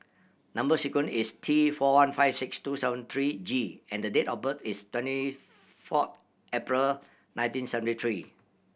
number sequence is T four one five six two seven three G and the date of birth is twenty four April nineteen seventy three